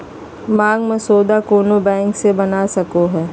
मांग मसौदा कोनो बैंक से बना सको हइ